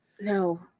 No